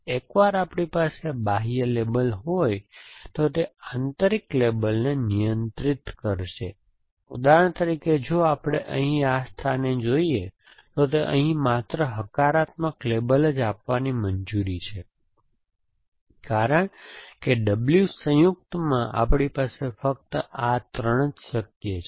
એકવાર આપણી પાસે આ બાહ્ય લેબલ હોય તો તે આંતરિક લેબલને નિયંત્રિત કરશે ઉદાહરણ તરીકે જો આપણે અહીં આ સ્થાનને જોઈએ તો તે અહીં માત્ર હકારાત્મક લેબલ જ આપવાની મંજૂરી આપે છે કારણ કે W સંયુક્તમાં આપણી પાસે ફક્ત આ ત્રણ જ શક્ય છે